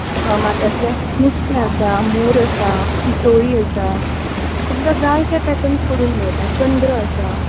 मात्यांतलें नुस्तें आसा मोर आसा पिसोळी आसा तुमकां जाय ते पॅटन्स करूंक मेळटा चंद्र आसा